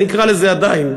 אני אקרא לזה עדיין,